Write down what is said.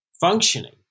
functioning